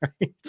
right